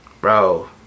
Bro